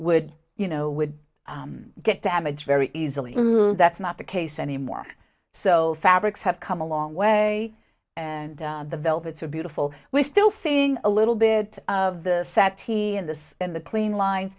would you know would get damaged very easily that's not the case anymore so fabrics have come a long way and the velvets are beautiful we're still seeing a little bit of the set he and this in the clean line